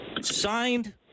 Signed